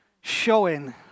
showing